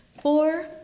four